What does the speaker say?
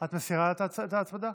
את מסירה את ההצמדה?